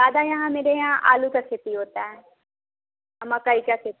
ज़्यादा यहाँ मेरे यहाँ आलू की खेती होती है और मकई का खे